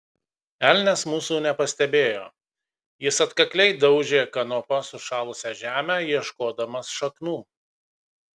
elnias mūsų nepastebėjo jis atkakliai daužė kanopa sušalusią žemę ieškodamas šaknų